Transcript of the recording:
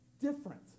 different